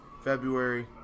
February